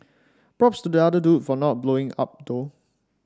props to the other dude for not blowing up though